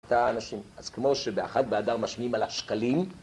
את האנשים, אז כמו שבאחת באדר משנים על השקלים